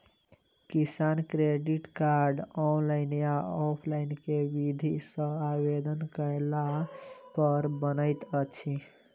किसान credit card, online या offline केँ विधि सँ आवेदन कैला पर बनैत अछि?